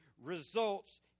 results